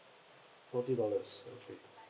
forty dollars okay